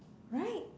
right